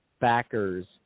backers